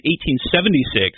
1876